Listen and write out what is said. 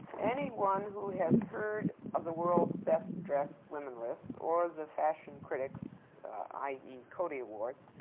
anyone who has heard of the world's best dressed women list, or the fashion critics i e. coty awards,